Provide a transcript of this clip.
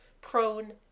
prone